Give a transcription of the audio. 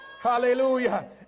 Hallelujah